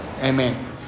Amen